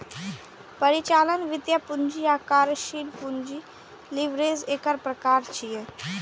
परिचालन, वित्तीय, पूंजी आ कार्यशील पूंजी लीवरेज एकर प्रकार छियै